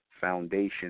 foundation